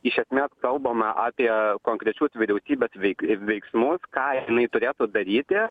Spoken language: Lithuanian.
iš esmės kalbama apie konkrečios vyriausybės veik veiksmus ką jinai turės padaryti